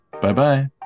Bye-bye